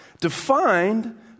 defined